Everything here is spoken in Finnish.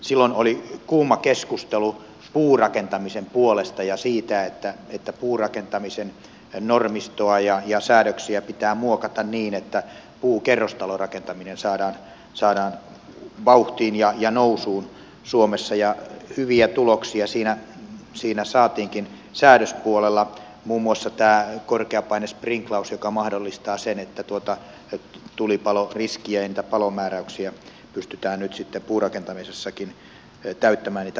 silloin oli kuuma keskustelu puurakentamisen puolesta ja siitä että puurakentamisen normistoa ja säädöksiä pitää muokata niin että puukerrostalorakentaminen saadaan vauhtiin ja nousuun suomessa ja hyviä tuloksia siinä saatiinkin säädöspuolella muun muassa tämä korkeapainesprinklaus joka mahdollistaa sen että koskien tulipaloriskiä niitä palomääräyksien vaatimuksia pystytään nyt sitten puurakentamisessakin täyttämään